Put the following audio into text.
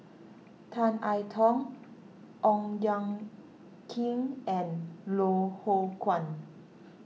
Tan I Tong Ong Ye Kung and Loh Hoong Kwan